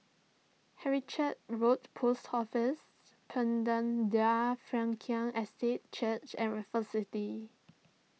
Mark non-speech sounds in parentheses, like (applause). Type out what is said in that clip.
(unintelligible) Road Post Office (unintelligible) Frankel Estate Church and Raffles City